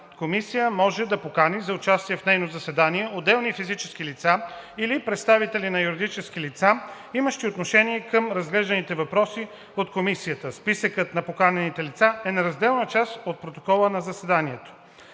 комисия може да покани за участие в нейно заседание отделни физически лица или представители на юридически лица, имащи отношение към разглежданите въпроси от комисията. Списъкът на поканените лица е неразделна част от протокола на заседанието.